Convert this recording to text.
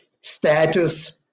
status